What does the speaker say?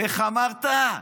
ואיך אמרת?